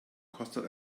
kostet